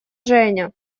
женя